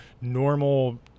normal